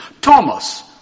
Thomas